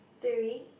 three